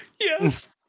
Yes